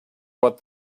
what